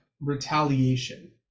retaliation